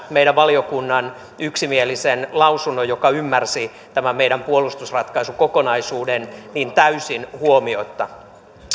meidän valiokunnan yksimielisen lausunnon joka ymmärsi tämän meidän puolustusratkaisukokonaisuuden täysin huomiotta